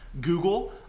Google